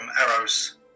arrows